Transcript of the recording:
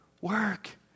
work